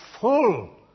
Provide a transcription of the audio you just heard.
full